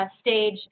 stage